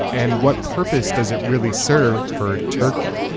and what purpose does it really serve for turkey?